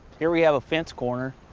here we have a fence corner,